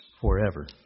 Forever